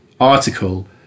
article